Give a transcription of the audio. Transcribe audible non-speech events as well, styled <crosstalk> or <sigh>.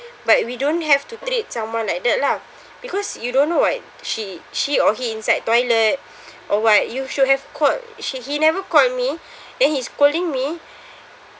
but we don't have to treat someone like that lah <breath> because you don't know what she she or he inside toilet <breath> or what you should have called she he never called me <breath> then he's scolding me